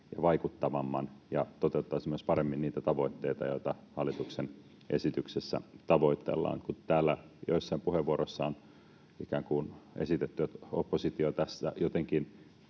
ja vaikuttavamman ja toteuttaisivat myös paremmin niitä tavoitteita, joita hallituksen esityksessä tavoitellaan. Kun täällä joissain puheenvuoroissa on ikään kuin esitetty, että oppositio tässä jotenkin